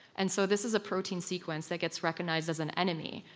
and so this is a protein sequence that gets recognized as an enemy,